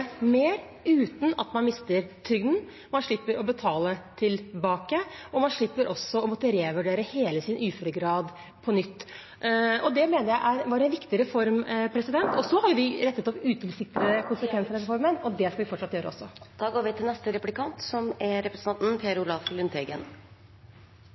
mer, uten at man mister trygden. Man slipper å betale tilbake, og man slipper også å måtte revurdere hele sin uføregrad på nytt. Det mener jeg var en viktig reform. Så har vi rettet opp utilsiktede konsekvenser av denne reformen, og det skal vi fortsatt gjøre Stortingsflertallet strammet opp arbeidsmiljøloven 4. juni, slik at bl.a. innholdet i faste ansettelser defineres i loven. Ansettelseskontrakter i bemanningsbyråer, som